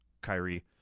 Kyrie